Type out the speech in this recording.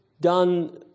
done